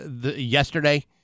yesterday